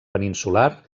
peninsular